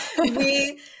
We-